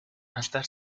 installe